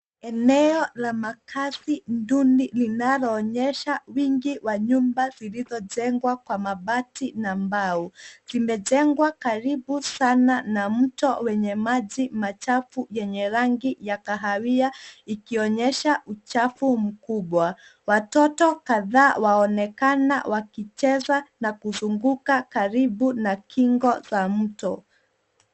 Eneo la makazi duni linaloonyesha wingi wa nyumba zilizojengwa kwa mabati na mbao. Zimejengwa karibu sana na mto wenye maji machafu yenye rangi ya kahawia ikionyesha uchafu mkubwa. Watoto kadhaa waonekana wakicheza na kuzunguka karibu na kingo za mto.